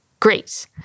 Great